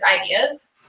ideas